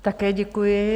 Také děkuji.